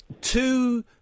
two